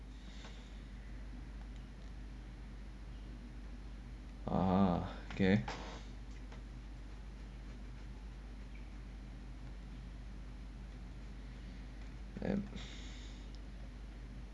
ah K